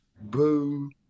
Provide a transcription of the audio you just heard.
boo